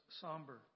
somber